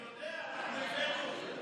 אני יודע, אנחנו הבאנו אותו.